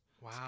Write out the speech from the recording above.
wow